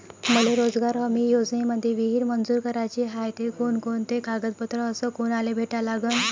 मले रोजगार हमी योजनेमंदी विहीर मंजूर कराची हाये त कोनकोनते कागदपत्र अस कोनाले भेटा लागन?